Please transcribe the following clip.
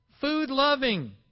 food-loving